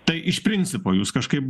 tai iš principo jūs kažkaip